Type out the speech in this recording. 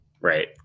Right